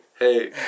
Hey